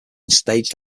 stage